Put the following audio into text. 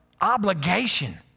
obligation